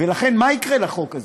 ולכן, מה יקרה בחוק הזה?